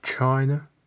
China